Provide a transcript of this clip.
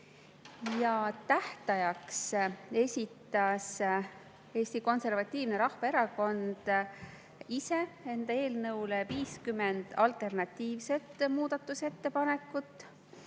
tähtajaks esitas Eesti Konservatiivne Rahvaerakond enda eelnõu kohta 50 alternatiivset muudatusettepanekut